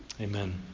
Amen